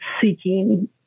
seeking